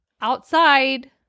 outside